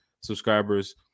subscribers